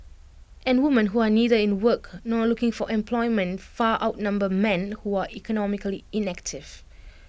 and woman who are neither in work nor looking for employment far outnumber men who are economically inactive